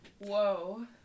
Whoa